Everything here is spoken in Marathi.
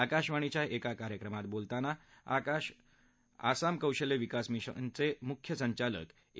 आकाशवाणीच्या एका कार्यक्रमात बोलताना आसाम कौशल्य विकास मिशनचे मुख्य संचालक ए